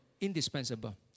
indispensable